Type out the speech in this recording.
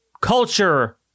culture